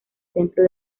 centro